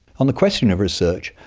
on the question of research,